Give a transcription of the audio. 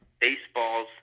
baseball's